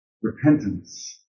Repentance